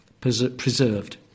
preserved